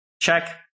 check